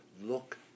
look